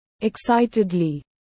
excitedly